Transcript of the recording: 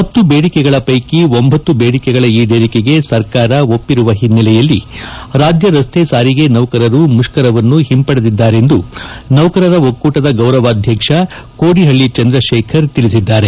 ಹತ್ತು ಬೇಡಿಕೆಗಳ ಷ್ಟೆಕಿ ಒಂಬತ್ತು ಬೇಡಿಕೆಗಳ ಈಡೇರಿಕೆಗೆ ಸರ್ಕಾರ ಒಪ್ಪಿರುವ ಹಿನ್ನೆಲೆಯಲ್ಲಿ ರಾಜ್ಯ ರಸ್ತೆ ಸಾರಿಗೆ ನೌಕರರು ಮುಷ್ಕರವನ್ನು ಹಿಂಪಡೆದಿದ್ದಾರೆಂದು ನೌಕರರ ಒಕ್ಕೂಟದ ಗೌರವಾಧ್ಯಕ್ಷ ಕೋಡಿಹಳ್ಳಿ ಚಂದ್ರಶೇಖರ್ ತಿಳಿಸಿದ್ದಾರೆ